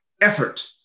effort